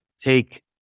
take